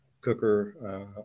cooker